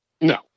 No